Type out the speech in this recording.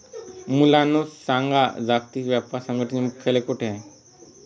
मुलांनो सांगा, जागतिक व्यापार संघटनेचे मुख्यालय कोठे आहे